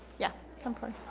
yeah come forward